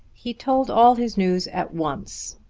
he told all his news at once,